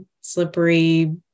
slippery